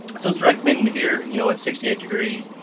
so it's recommended here and you know at sixty eight degrees,